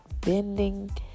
bending